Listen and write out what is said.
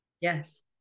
yes